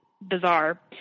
bizarre